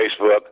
Facebook